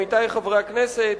עמיתי חברי הכנסת,